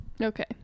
Okay